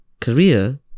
career